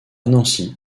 nancy